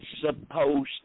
supposed